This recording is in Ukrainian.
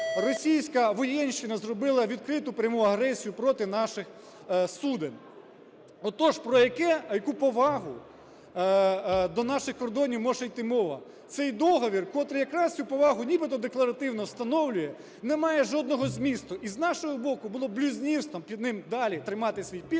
російська воєнщина зробила відкриту, пряму агресію проти наших суден. Отож, про яку повагу до наших кордонів може йти мова? Цей договір, котрий якраз цю повагу нібито декларативно встановлює, не має жодного змісту. І з нашого боку було блюзнірством під ним далі тримати свій підпис,